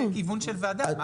זה הכיוון של הוועדה.